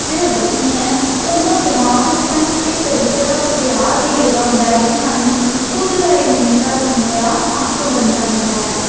जेह्ड़े बच्चे ऐं उं'दा दमाग उस टाइम इस तरीके दा त्यार होई गेदा होंदा ऐ कि सानूं खुद दा इक नेता चुनने दा हक्क बनी जांंदा ऐ